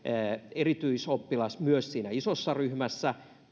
erityisoppilas myös siinä isossa ryhmässä